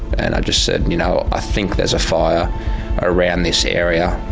and i just said, you know, i think there's a fire around this area,